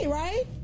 right